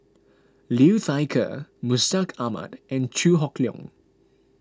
Liu Thai Ker Mustaq Ahmad and Chew Hock Leong